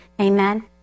Amen